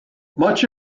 much